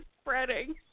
spreading